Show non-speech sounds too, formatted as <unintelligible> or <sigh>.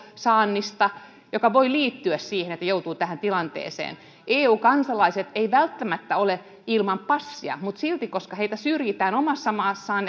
saannista mikä voi liittyä siihen että joutuu tähän tilanteeseen eu kansalaiset eivät välttämättä ole ilman passia mutta silti heitä syrjitään omassa maassaan <unintelligible>